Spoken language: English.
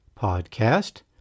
podcast